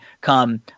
come